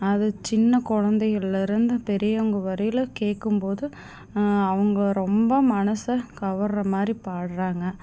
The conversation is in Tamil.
அது சின்ன குழந்தைகளிலிருந்து பெரியவங்கள் வரையிலும் கேட்கும் போது அவங்க ரொம்ப மனதை கவர்கிற மாதிரி பாடுகிறாங்க